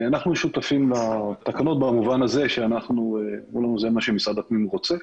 אנחנו שותפים לתקנות במובן הזה שאמרו לנו: זה מה שמשרד הפנים רוצה,